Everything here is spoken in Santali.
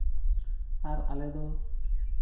ᱟᱨ ᱟᱞᱮ ᱫᱚ